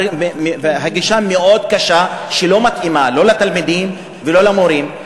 הגישה מאוד קשה ולא מתאימה לא לתלמידים ולא למורים.